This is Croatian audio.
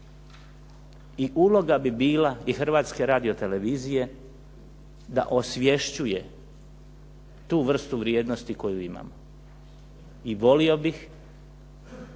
I uloga bi bila i Hrvatske radiotelevizije da osvješćuje tu vrstu vrijednosti koje imamo. I volio bih